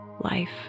life